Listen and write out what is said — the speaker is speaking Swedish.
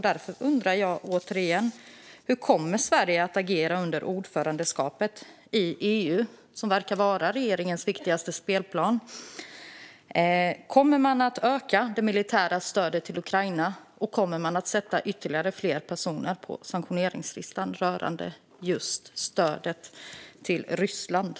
Därför frågar jag återigen: Hur kommer Sverige att agera under ordförandeskapet i EU, som verkar vara regeringens viktigaste spelplan? Kommer man att öka det militära stödet till Ukraina, och kommer fler personer som stöder Ryssland att sättas upp på sanktionslistan?